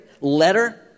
letter